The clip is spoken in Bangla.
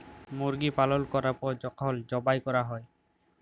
মুরগি পালল ক্যরার পর যখল যবাই ক্যরা হ্যয়